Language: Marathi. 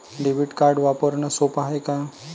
डेबिट कार्ड वापरणं सोप हाय का?